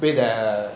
to pay the